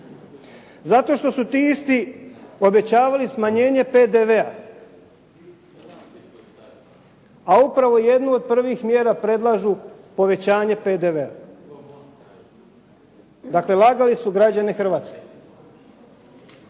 Zato što su ti isti obećavali smanjenje PDV-a. a upravo jednu od privih mjera predlažu povećanje PDV-a, dakle lagali su građane Hrvatske.